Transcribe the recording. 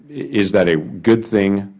is that a good thing,